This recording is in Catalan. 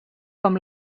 com